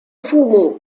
父母